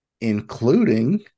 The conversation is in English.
including